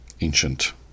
ancient